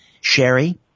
Sherry